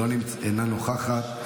אינה נוכחת,